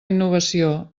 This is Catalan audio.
innovació